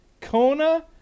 kona